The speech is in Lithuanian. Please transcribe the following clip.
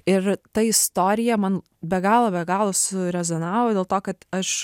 ir ta istorija man be galo be galo surezonavo dėl to kad aš